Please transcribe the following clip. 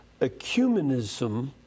ecumenism